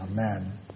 Amen